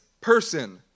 person